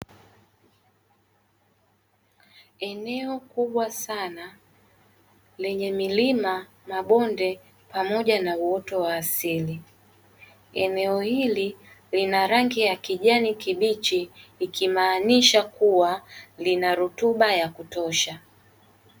Eneo kubwa sana lenye milima , mabonde pamoja na uoto wa asili eneo hili lina rangi ya kijani kibichi ikimaanisha kuwa lina rutuba ya kutosha.